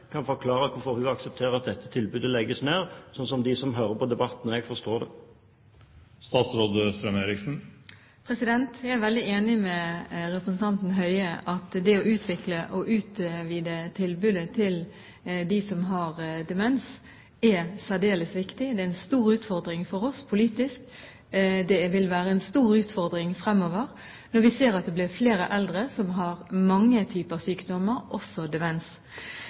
Kan statsråden på en folkelig måte forklare hvorfor hun aksepterer at dette tilbudet legges ned, slik at vi som hører på debatten, forstår det? Jeg er veldig enig med representanten Høie i at det å utvikle og utvide tilbudet til dem som har demens, er særdeles viktig. Det er en stor utfordring for oss politisk. Det vil være en stor utfordring fremover når vi ser at det blir flere eldre som har mange typer sykdommer, også demens.